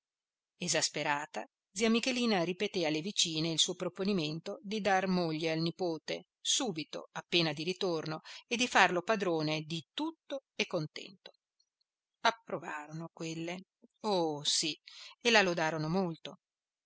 esasperata zia michelina ripeté alle vicine il suo proponimento di dar moglie al nipote subito appena di ritorno e di farlo padrone di tutto e contento approvarono quelle oh sì e la lodarono molto